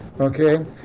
okay